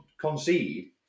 concede